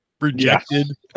rejected